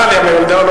אהה, העבודה.